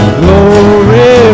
glory